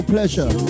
Pleasure